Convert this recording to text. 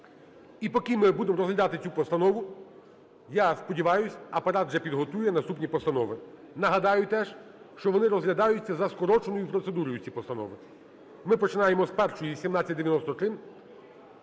І поки ми будемо розглядати цю постанову, я сподіваюсь, Апарат вже підготує наступні постанови. Нагадаю теж, що вони розглядаються за скороченою процедурою, ці постанови. Ми починаємо з першої - 1793.